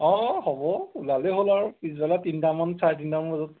অঁ হ'ব ওলালেই হ'ল আৰু পিছবেলা তিনিটামান চাৰে তিনিটামান বজাত